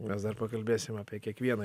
mes dar pakalbėsim apie kiekvieną